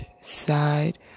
side